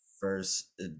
First